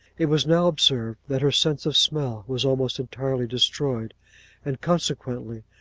it was now observed that her sense of smell was almost entirely destroyed and, consequently,